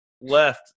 left